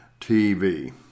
TV